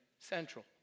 central